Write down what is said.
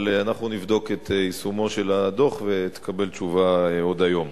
אבל אנחנו נבדוק את יישומו של הדוח ותקבל תשובה עוד היום.